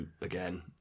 again